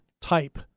type